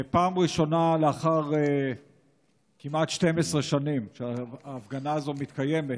פעם ראשונה לאחר כמעט 12 שנים שההפגנה הזאת מתקיימת,